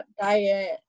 diet